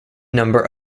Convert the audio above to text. number